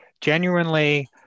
genuinely